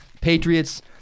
Patriots